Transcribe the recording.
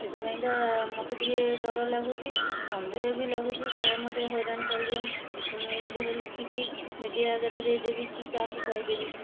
ସେଥିପାଇଁକା ମତେ ଟିକେ ଡର ଲାଗୁଛି ସନ୍ଦେହ ବି ଲାଗୁଛି କାଳେ ମତେ ହଇରାଣ କରିବେ ମୁଁ ଯଦି ଧର ଲେଖିକି ମିଡ଼ିଆ ଆଗରେ ଦେଇଦେବି କି କାହାକୁ କହିଦେବି